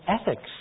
ethics